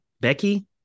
Becky